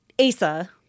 Asa